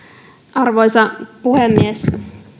arvoisa puhemies